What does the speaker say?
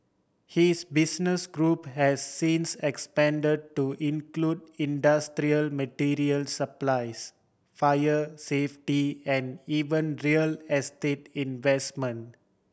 his business group has since expand to include industrial material supplies fire safety and even real estate investment